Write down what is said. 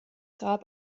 grab